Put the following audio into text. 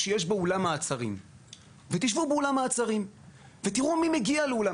שיש בו אולם מעצרים; תשבו באולם המעצרים ותראו מי מגיע אליו.